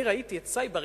אני ראיתי את סאיב עריקאת,